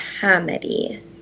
comedy